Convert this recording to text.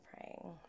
praying